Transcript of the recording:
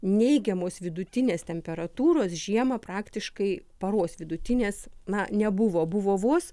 neigiamos vidutinės temperatūros žiemą praktiškai paros vidutinės na nebuvo buvo vos